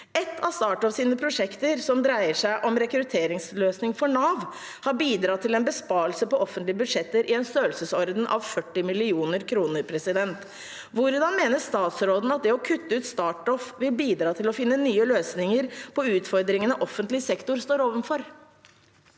Ett av StartOffs prosjekter som dreier seg om rekrutteringsløsning for Nav, har bidratt til en besparelse på offentlige budsjetter i en størrelsesorden av 40 mill. kr. Hvordan mener statsråden at det å kutte ut StartOff vil bidra til å finne nye løsninger på utfordringene offentlig sektor står overfor?